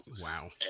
Wow